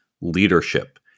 Leadership